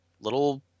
little